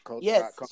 Yes